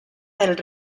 del